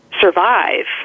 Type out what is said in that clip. survive